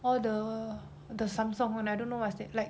all the the samsung one I don't know what's that like